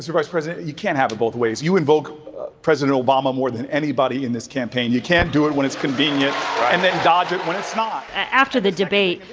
so vice president, you can't have it both ways. you invoke president obama more than anybody in this campaign. you can't do it when it's convenient and then dodge it when it's not after the debate,